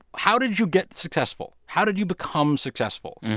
how did you get successful? how did you become successful?